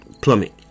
plummet